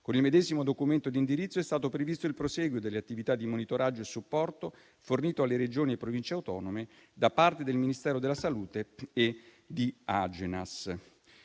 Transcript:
Con il medesimo documento di indirizzo è stato previsto il prosieguo delle attività di monitoraggio e supporto fornito alle Regioni e Province autonome da parte del Ministero della salute e di Agenas.